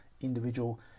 individual